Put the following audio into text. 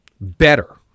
better